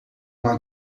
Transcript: uma